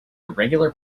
irregular